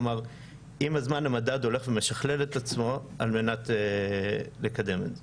עם הזמן המדד הולך ומשכלל את עצמו על מנת לקדם את זה.